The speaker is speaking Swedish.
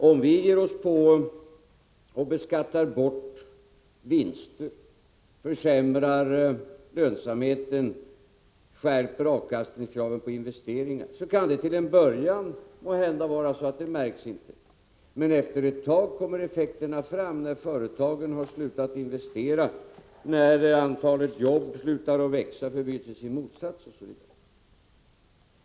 Om vi ger oss på att beskatta bort vinster, försämra lönsamheten, skärpa avkastningskraven på investeringar kan det till en början måhända vara så att detta inte märks, men efter ett tag kommer effekterna fram, när företagen slutat investera, när ökningen av antalet jobb har upphört och förbyts i motsatsen osv.